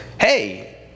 hey